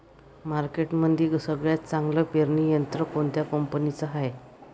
मार्केटमंदी सगळ्यात चांगलं पेरणी यंत्र कोनत्या कंपनीचं हाये?